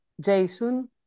Jason